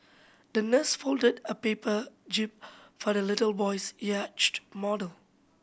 the nurse folded a paper jib for the little boy's yacht model